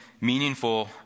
meaningful